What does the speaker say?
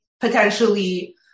potentially